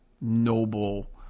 noble